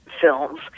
films